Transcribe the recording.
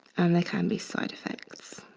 and there can be side effects.